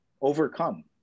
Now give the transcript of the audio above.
overcome